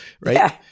right